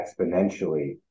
exponentially